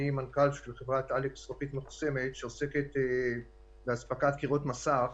אני מנכ"ל של חברת א.ל.ק זכוכית מחוסמת שעוסקת באספקת קירות מסך